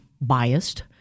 biased